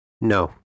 No